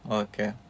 okay